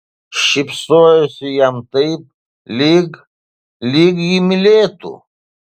šypsojosi jam taip lyg lyg jį mylėtų